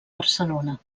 barcelona